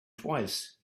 twice